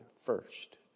first